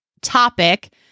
topic